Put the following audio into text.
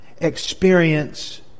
experience